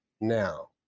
now